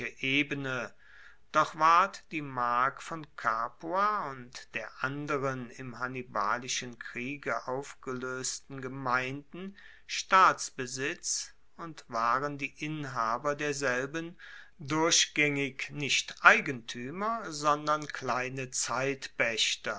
ebene doch ward die mark von capua und der anderen im hannibalischen kriege aufgeloesten gemeinden staatsbesitz und waren die inhaber derselben durchgaengig nicht eigentuemer sondern kleine